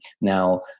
Now